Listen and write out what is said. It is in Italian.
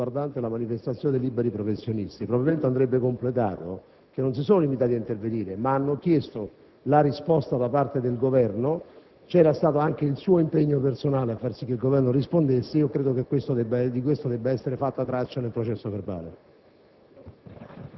riguardante la manifestazione dei liberi professionisti, probabilmente andrebbe aggiunto che essi non si sono limitati ad intervenire, ma hanno chiesto una risposta da parte del Governo e c'era stato anche il suo impegno personale a far sì che il Governo rispondesse. Credo che di questo debba essere lasciata traccia nel processo verbale.